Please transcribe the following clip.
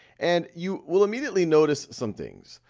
and you will immediately notice some things.